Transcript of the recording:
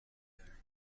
there